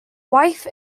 wife